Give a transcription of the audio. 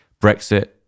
brexit